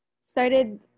started